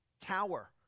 tower